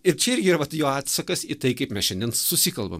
ir čia irgi yra vat jo atsakas į tai kaip mes šiandien susikalbam